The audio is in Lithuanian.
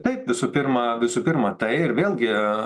taip visų pirma visų pirma tai ir vėlgi